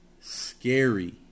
scary